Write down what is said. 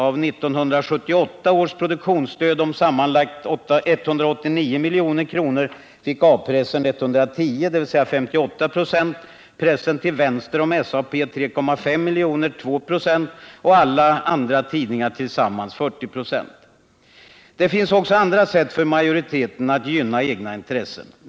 Av 1978 års produktionsstöd om sammanlagt 189 milj.kr. fick A-pressen 110 miljoner, dvs. 58 96, pressen till vänster om SAP 3,5 miljoner, eller 2 96, och alla andra tidningar tillsammans 40 96. Det finns också andra sätt för majoriteten att gynna egna intressen.